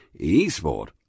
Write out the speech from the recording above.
eSport